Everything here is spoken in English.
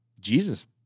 Jesus